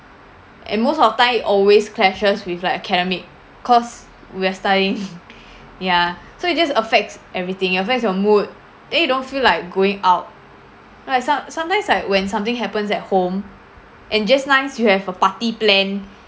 and most of time it always clashes with like academic cause we're studying ya so it just affects everything it affects your mood then you don't feel like going out like some sometimes like when something happens at home and just nice you have a party planned